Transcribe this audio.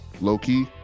low-key